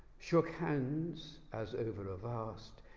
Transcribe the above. shook hands, as over a vast,